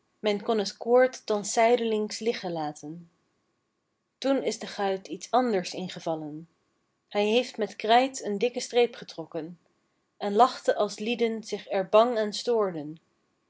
kon het koord thans zijdelings liggen laten toen is den guit iets anders ingevallen hij heeft met krijt een dikken streep getrokken en lachte als lieden zich er bang aan stoorden